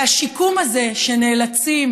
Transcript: והשיקום הזה שנאלצים,